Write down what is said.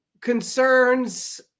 concerns